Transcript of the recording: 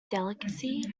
delicacy